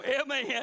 Amen